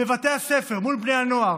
בבתי הספר מול בני הנוער,